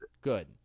good